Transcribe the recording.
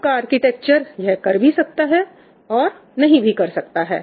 आपका आर्किटेक्चर यह कर भी सकता है और नहीं भी कर सकता है